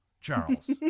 Charles